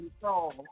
control